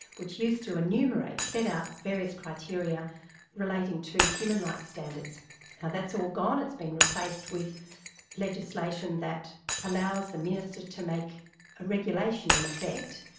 which used to enumerate, set out various criteria relating to human rights standards. now that's all gone, it's been replaced with legislation that allows the minister to make a regulation, in effect,